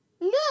No